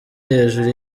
hejuru